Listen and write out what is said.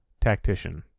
Tactician